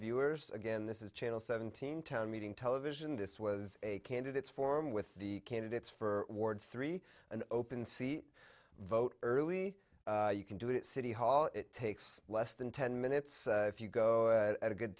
viewers again this is channel seventeen town meeting television this was a candidate's forum with the candidates for ward three an open sea vote early you can do it at city hall it takes less than ten minutes if you go at a good